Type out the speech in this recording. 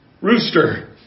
rooster